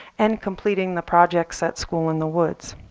and completing the projects at school in the woods.